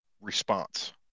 response